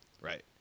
right